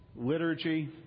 liturgy